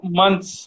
months